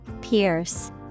pierce